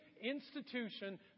institution